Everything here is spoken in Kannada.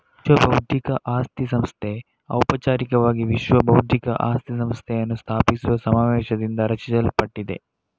ವಿಶ್ವಬೌದ್ಧಿಕ ಆಸ್ತಿ ಸಂಸ್ಥೆ ಔಪಚಾರಿಕವಾಗಿ ವಿಶ್ವ ಬೌದ್ಧಿಕ ಆಸ್ತಿ ಸಂಸ್ಥೆಯನ್ನು ಸ್ಥಾಪಿಸುವ ಸಮಾವೇಶದಿಂದ ರಚಿಸಲ್ಪಟ್ಟಿದೆ